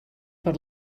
per